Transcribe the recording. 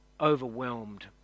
overwhelmed